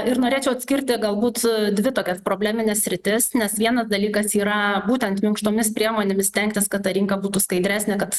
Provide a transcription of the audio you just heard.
ir norėčiau atskirti galbūt dvi tokias problemines sritis nes vienas dalykas yra būtent minkštomis priemonėmis stengtis kad ta rinka būtų skaidresnė kad